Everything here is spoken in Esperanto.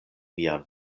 nian